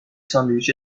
ساندویچ